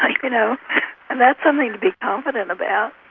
like you know and that's something to be confident about.